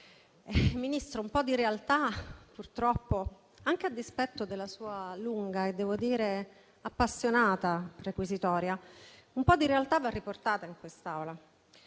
Ministro, un po' di realtà, purtroppo, anche a dispetto della sua lunga e devo dire appassionata requisitoria, va riportata in quest'Aula,